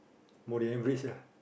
more than average ah